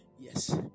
Yes